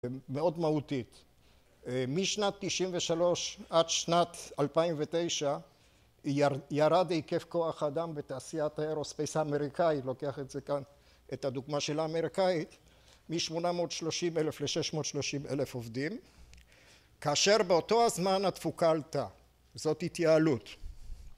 מאוד מהותית. משנת 93 עד שנת 2009 ירד היקף כוח האדם בתעשיית האירו-ספייס האמריקאית, לוקח את זה כאן, את הדוגמה האמריקאית, משמונה מאות שלושים אלף לשש מאות שלושים אלף עובדים. כאשר באותו הזמן התפוקה עלתה. זאת התייעלות